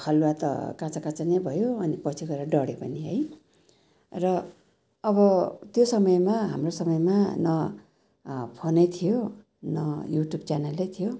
हलुवा त काँचो काँचो नै भयो अनि पछि गएर डढ्यो पनि है र अब त्यो समयमा हाम्रो समयमा न फोनै थियो न युट्युब च्यानलै थियो